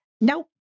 Nope